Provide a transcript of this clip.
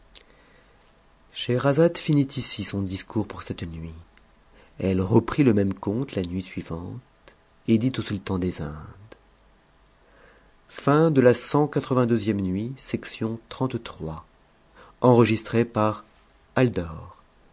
scheherazade finit ici son discours pour cette nuit elle reprit le même conte la nuit suivante et dit au sultan des indes